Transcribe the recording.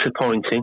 disappointing